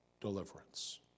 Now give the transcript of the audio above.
Deliverance